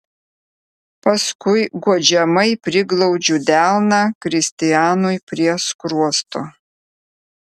paskui guodžiamai priglaudžiu delną kristianui prie skruosto